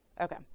Okay